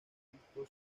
cristo